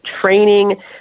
training